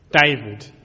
David